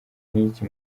nk’iki